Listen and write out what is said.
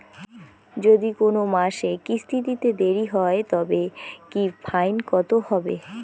যদি কোন মাসে কিস্তি দিতে দেরি হয় তবে কি ফাইন কতহবে?